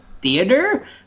theater